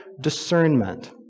discernment